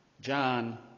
John